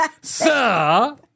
Sir